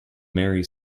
mary